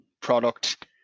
product